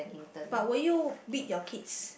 but will you beat your kid